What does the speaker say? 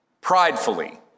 pridefully